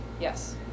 Yes